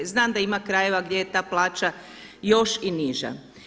Znam da ima krajeva gdje je ta plaća još i niža.